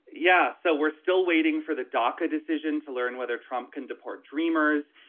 yes. so we're still waiting for the doca decision to learn whether trump can deport dreamers.